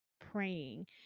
praying